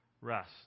rest